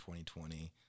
2020